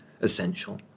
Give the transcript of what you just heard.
essential